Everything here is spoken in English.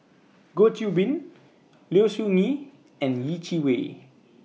Goh Qiu Bin Low Siew Nghee and Yeh Chi Wei